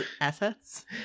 Assets